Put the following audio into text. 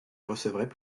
recevraient